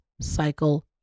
cycle